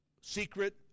secret